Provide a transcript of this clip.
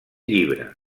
llibre